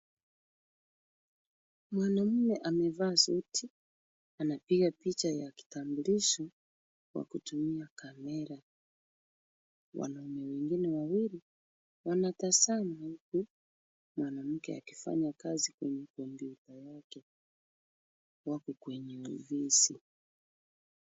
Mwanaume amevaa suti anapiga picha ya kitambulisho kwa kutumia camera .wanaume wengine wawili wanatazama huku mwanamke akifanya kazi kwenye computer yake. Wako kwenye ofisi.